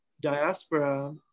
diaspora